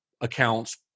accounts